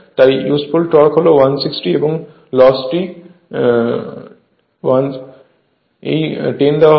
তাই useful torque হল 160 এবং এই লসটি 10 দেওয়া হয়েছে